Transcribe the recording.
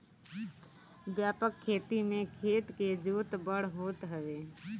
व्यापक खेती में खेत के जोत बड़ होत हवे